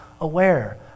aware